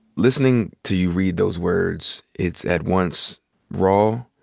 listening to you read those words, it's at once raw,